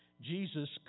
Jesus